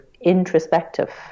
introspective